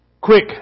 quick